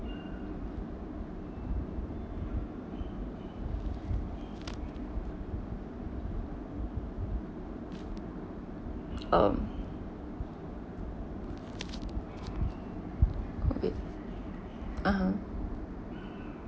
oh COVID (uh huh)